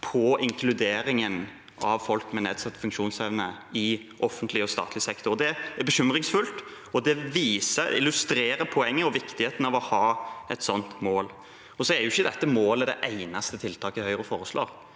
på inkluderingen av folk med nedsatt funksjonsevne i offentlig sektor. Det er bekymringsfullt, og det illustrerer poenget med og viktigheten av å ha et sånt mål. Så er jo ikke dette målet det eneste tiltaket Høyre foreslår.